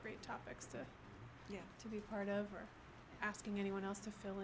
great topics to you to be part of or asking anyone else to fill